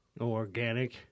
Organic